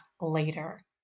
later